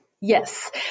Yes